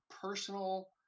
personal